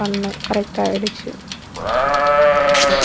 பண்ணோம் கரெக்ட்டாயிடுச்ச அதான்